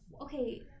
Okay